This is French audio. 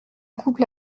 couple